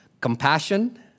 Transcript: Compassion